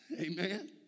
Amen